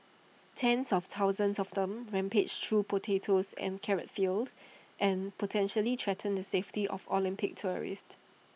tens of thousands of them rampage through potato and carrot fields and potentially threaten the safety of Olympics tourists